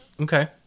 Okay